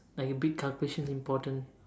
like a big calculation's important